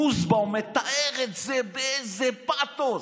נוסבאום מתאר את זה באיזה פתוס.